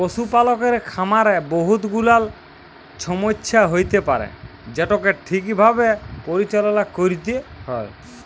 পশুপালকের খামারে বহুত গুলাল ছমচ্যা হ্যইতে পারে যেটকে ঠিকভাবে পরিচাললা ক্যইরতে হ্যয়